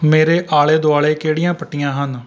ਮੇਰੇ ਆਲ਼ੇ ਦੁਆਲ਼ੇ ਕਿਹੜੀਆਂ ਪੱਟੀਆਂ ਹਨ